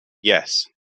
yes